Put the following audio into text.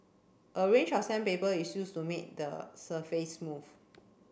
a range of sandpaper is used to make the surface smooth